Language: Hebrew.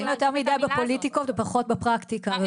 מתעסקים יותר מידי בפוליטיקות ופחות בפרקטיקה.